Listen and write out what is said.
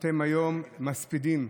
אתם היום מספידים.